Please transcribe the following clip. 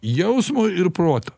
jausmo ir proto